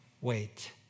wait